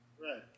Right